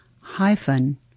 hyphen